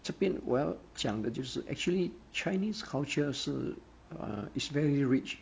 这边我要讲的就是 actually chinese culture 是 uh is very rich